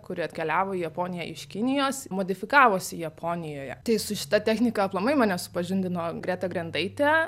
kuri atkeliavo į japoniją iš kinijos modifikavosi japonijoje tai su šita technika aplamai mane supažindino greta grendaitė